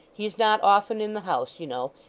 he's not often in the house, you know.